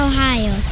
Ohio